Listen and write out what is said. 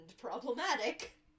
problematic